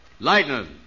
Lightner